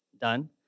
done